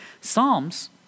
Psalms